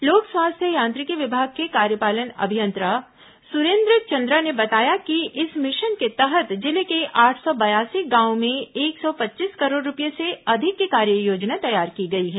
लोक स्वास्थ्य यांत्रिकी विभाग के कार्यपालन अभियंता सुरेन्द्र चंद्रा ने बताया कि इस मिशन के तहत जिले के आठ सौ बयासी गांवों में एक सौ पच्चीस करोड़ रूपए से अधिक की कार्ययोजना तैयार की गई है